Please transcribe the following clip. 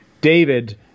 David